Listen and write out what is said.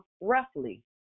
roughly